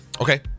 okay